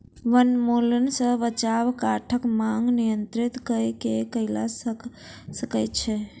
वनोन्मूलन सॅ बचाव काठक मांग नियंत्रित कय के कयल जा सकै छै